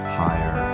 higher